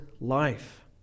life